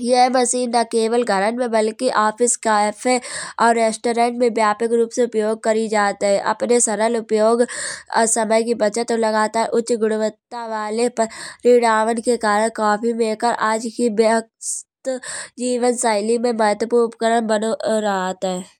यह मशीन ना केवल घरन में बल्कि ऑफिस कैफे और रेस्टोरेंट में व्यापक रूप से उपयोग करी जात है। अपने सरल उपयोग और समय की बचत और लगातार उच्च गुणवत्ता वाले के करण कॉफी मेकर आज की व्यस्त जीवन शैली में महत्वपूर्ण बनो रहत है।